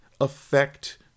affect